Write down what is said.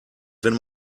wenn